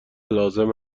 لازم